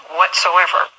whatsoever